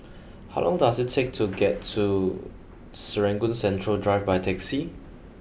how long does it take to get to Serangoon Central Drive by taxi